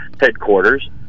headquarters